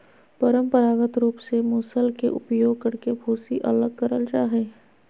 परंपरागत रूप से मूसल के उपयोग करके भूसी अलग करल जा हई,